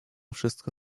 wszystko